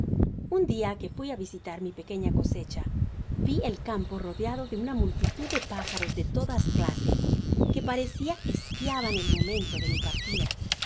un dia que fui á visitar mi pequeña cosecha vi el campo rodeado de una multitud de pájaros de todas clases que parecia espiaban el momento de mi partida